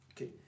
Okay